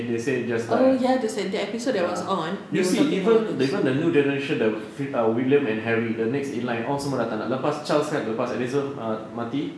oh ya they said that there was an episode that was on they were talking about